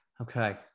Okay